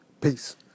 peace